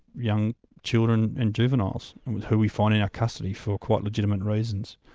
young children and juveniles who we find in our custody for quite legitimate reasons.